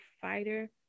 fighter